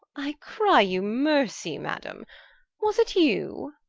i cry you mercy, madame was it you?